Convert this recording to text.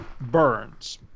burns